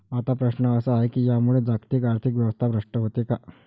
आता प्रश्न असा आहे की यामुळे जागतिक आर्थिक व्यवस्था भ्रष्ट होते का?